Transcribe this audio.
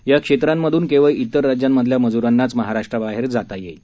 या क्षेत्रांमधून केवळ इतर राज्यांमधल्या मजुरांनाच महाराष्ट्राबाहेर जाता येणार आहे